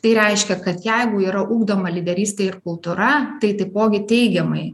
tai reiškia kad jeigu yra ugdoma lyderystė ir kultūra tai taipogi teigiamai